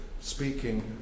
speaking